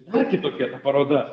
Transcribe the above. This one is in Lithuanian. dar kitokia ta paroda